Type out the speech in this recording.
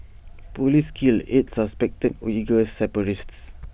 Police kill eight suspected Uighur separatists